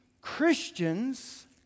Christians